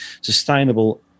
sustainable